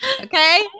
Okay